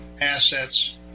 assets